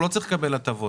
הוא לא צריך לקבל הטבות.